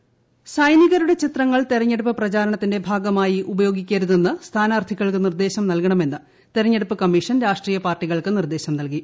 തെരഞ്ഞെടുപ്പ് കമ്മീഷൻ സൈനികരുടെ ചിത്രങ്ങൾ തെരഞ്ഞെടുപ്പ് പ്രചാരണത്തിന്റെ ഭാഗമായി ഉപയോഗിക്കരുതെന്ന് സ്ഥാനാർത്ഥികൾക്ക് നിർദ്ദേശം നൽകണമെന്ന് തെരഞ്ഞെടുപ്പ് കമ്മീഷൻ രാഷ്ട്രീയ പാർട്ടികൾക്ക് നിർദ്ദേശം നൽകി